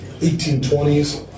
1820s